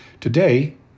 Today